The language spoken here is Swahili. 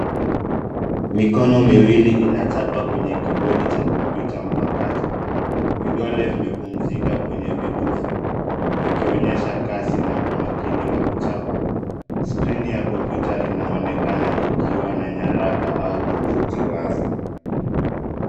Mikoni miwili inachapa kwenye kibodi cha kompyuta mpakato. Vidole vimepumzika kwenye vitufe, vikionyesha kasi na umakini wa kuchapa. Skirini ya kompyuta inaonekana ikiwa na nyaraka au tovuti wazi.